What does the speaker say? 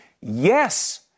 yes